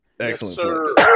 Excellent